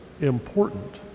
important